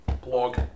Blog